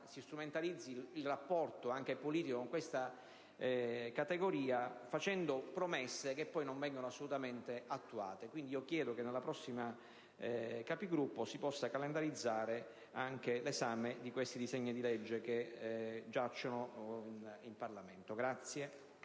si strumentalizzi il rapporto anche politico con questa categoria facendo promesse che poi non vengono assolutamente mantenute. Chiedo, quindi, che nella prossima Conferenza dei capigruppo si possa calendarizzare anche l'esame di questi disegni di legge che giacciono in Parlamento.